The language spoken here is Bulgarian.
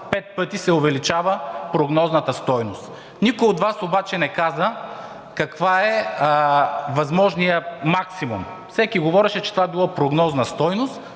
пет пъти се увеличава прогнозната стойност. Никой от Вас обаче не каза какъв е възможният максимум? Всеки говореше, че това е било прогнозна стойност,